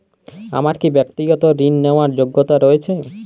আমার কী ব্যাক্তিগত ঋণ নেওয়ার যোগ্যতা রয়েছে?